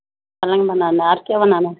پلنگ بنانا ہے اور کیا بنانا ہے